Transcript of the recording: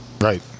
Right